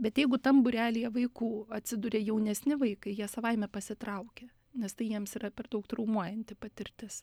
bet jeigu tam būrelyje vaikų atsiduria jaunesni vaikai jie savaime pasitraukia nes tai jiems yra per daug traumuojanti patirtis